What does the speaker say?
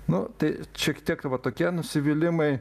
nu tai šiek tiek va tokie nusivylimai